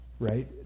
right